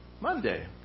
Monday